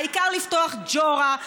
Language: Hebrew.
העיקר לפתוח ג'ורה,